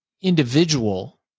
individual